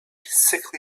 sickly